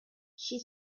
she